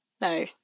No